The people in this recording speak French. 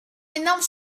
énorme